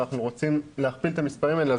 ואנחנו רוצים להכפיל את המספרים האלה,